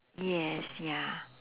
yes ya